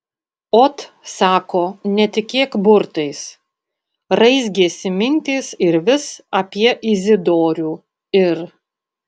ot sako netikėk burtais raizgėsi mintys ir vis apie izidorių ir